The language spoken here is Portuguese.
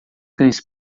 cães